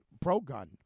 pro-gun